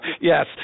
Yes